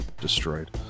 destroyed